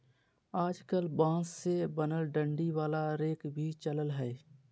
आजकल बांस से बनल डंडी वाला रेक भी चलल हय